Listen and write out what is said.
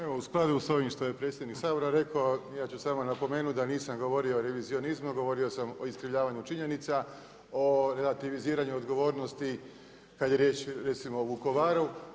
Evo u skladu sa ovim što je predsjednik Sabora rekao ja ću samo napomenuti da nisam govorio o revizionizmu, govorio sam o iskrivljavanju činjenica, o relativiziranju odgovornosti kad je riječ recimo o Vukovaru.